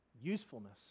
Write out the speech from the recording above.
usefulness